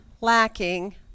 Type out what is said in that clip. lacking